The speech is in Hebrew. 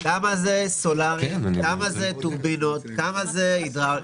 כמה זה סולרי, כמה זה טורבינות, כמה זה הידראולי?